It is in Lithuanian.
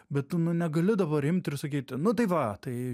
bet tu nu negali dabar imti ir sakyti nu tai va tai